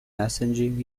messaging